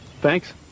Thanks